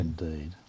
indeed